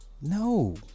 No